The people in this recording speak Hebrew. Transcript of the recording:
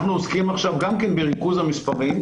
אנחנו עוסקים גם בריכוז המספרים,